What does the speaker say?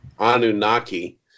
anunnaki